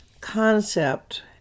concept